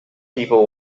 people